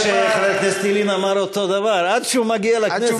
הבעיה שחבר הכנסת ילין אמר אותו דבר: עד שהוא מגיע לכנסת,